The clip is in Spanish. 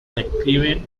declive